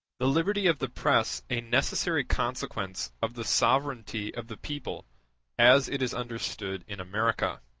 the liberty of the press a necessary consequence of the sovereignty of the people as it is understood in america